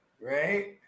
Right